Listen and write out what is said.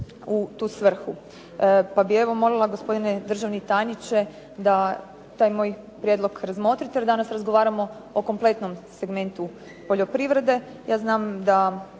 u tu svrhu. Pa bih evo molila gospodine državni tajniče da taj moj prijedlog razmotrite, jer danas razgovaramo o kompletnom segmentu poljoprivrede.